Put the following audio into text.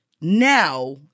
now